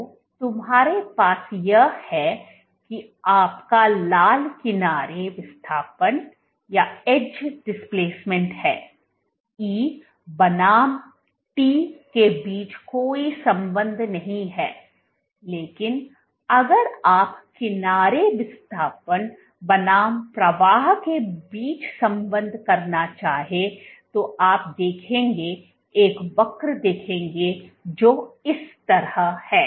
तो तुम्हारे पास यह है कि आपका लाल किनारे विस्थापन है E बनाम T के बीच कोई संबंध नहीं है है लेकिन अगर आप किनारे विस्थापन बनाम प्रवाह के बीच संबंध करना चाहे तो आप देखेंगे एक वक्र देखेंगे जो इस तरह है